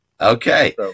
Okay